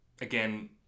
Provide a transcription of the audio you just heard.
again